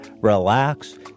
Relax